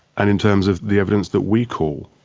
and in terms of the evidence that we call,